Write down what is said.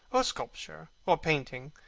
or sculpture, or painting.